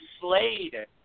Slade